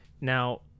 Now